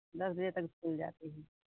दस बजे तक खुल जाती है